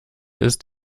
ist